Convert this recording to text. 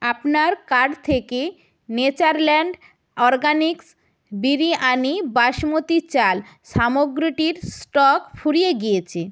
আপনার কার্ট থেকে Natureland organics biryani basmati চাল সামগ্রীটির স্টক ফুরিয়ে গিয়েছে